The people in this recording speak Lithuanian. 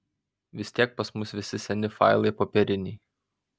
vis tiek pas mus visi seni failai popieriniai